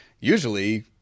usually